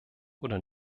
oder